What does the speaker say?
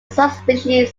subspecies